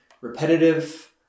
repetitive